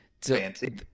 Fancy